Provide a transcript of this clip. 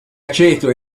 aceto